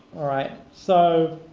all right, so